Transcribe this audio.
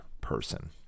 person